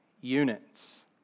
units